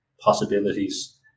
possibilities